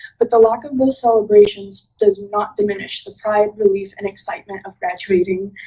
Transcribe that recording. but the lack of those celebrations does not diminish the pride, relief and excitement of graduating.